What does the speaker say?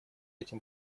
этим